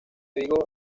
vigo